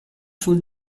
sul